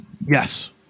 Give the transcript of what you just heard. yes